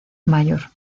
mayor